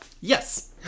yes